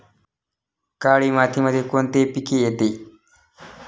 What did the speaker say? काळी मातीमध्ये कोणते पिके येते?